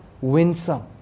winsome